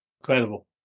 Incredible